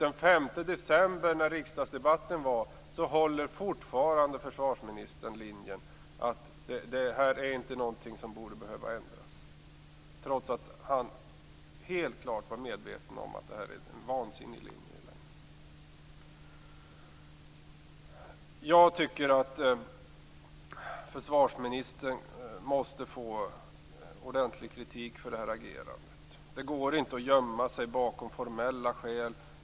Den 5 december, när riksdagsdebatten ägde rum, var försvarsministerns linje fortfarande att det här inte skulle behöva ändras, trots att han helt klart var medveten om att den linjen i längden är vansinnig. Försvarsministern måste få ordentlig kritik för det här agerandet. Det går inte att gömma sig bakom formella skäl.